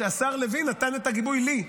שהשר לוין נתן את הגיבוי לי,